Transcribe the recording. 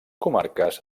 comarques